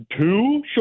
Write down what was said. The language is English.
Two